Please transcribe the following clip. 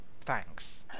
Thanks